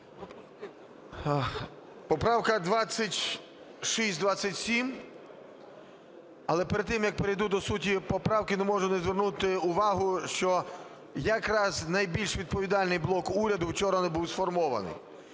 Поправка 2627, але перед тим, як перейду до суті поправки, не можу не звернути увагу, що якраз найбільш відповідальний блок уряду вчора не був сформований.